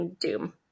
doom